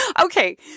Okay